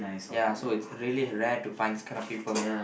ya so it's really rare to find this kind of people